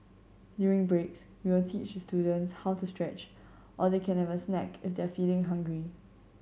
during breaks we will teach students how to stretch or they can have a snack if they're feeling hungry